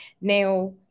Now